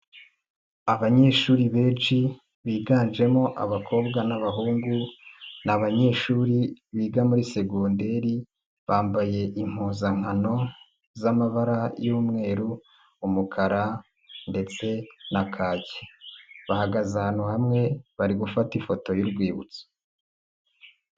Abanyeshuri benshi biganjemo abakobwa n'abahungu, ni abanyeshuri biga muri segondeiri bambaye impuzankano z'amabara y'umweru, umukara, ndetse na kake, bahagaze ahantu hamwe bari gufata ifoto y'urwibutso.